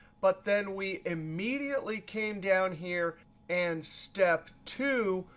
but then we immediately came down here and step two,